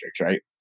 right